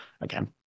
Again